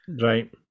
Right